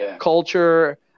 culture